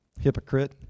Hypocrite